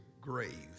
grave